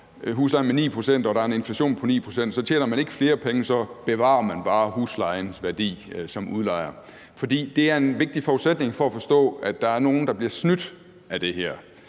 huslejen med 9 pct. og der er en inflation på 9 pct., så tjener man ikke flere penge; så bevarer man bare huslejens værdi som udlejer. For det er en vigtig forudsætning for at forstå, at der er nogle, der bliver snydt af det her,